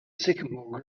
sycamore